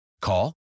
Call